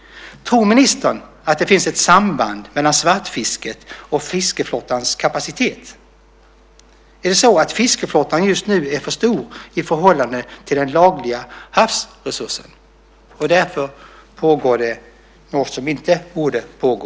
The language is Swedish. Tror ministern att det finns ett samband mellan svartfisket och fiskeflottans kapacitet? Är det så att fiskeflottan just nu är för stor i förhållande till den lagliga havsresursen och att det därför pågår något som inte borde pågå?